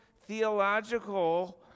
theological